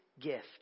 gift